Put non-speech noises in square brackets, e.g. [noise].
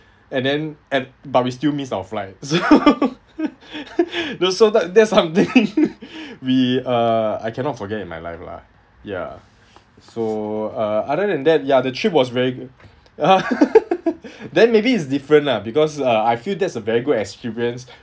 and then at but we still missed our flight so [laughs] so that that's something [laughs] we uh I cannot forget in my life lah ya so uh other than that ya the trip was very good ah [laughs] then maybe it's different lah because uh I feel that's a very good experience